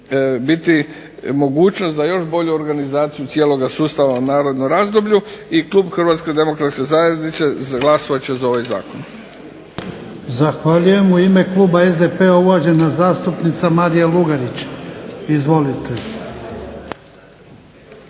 biti mogućnost za još bolju organizaciju cijeloga sustava u narednom razdoblju. I klub Hrvatske demokratske zajednice glasovat će za ovaj Zakon. **Jarnjak, Ivan (HDZ)** Zahvaljujem. U ime kluba SDP-a uvažena zastupnica Marija Lugarić. Izvolite.